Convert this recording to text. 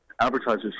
advertisers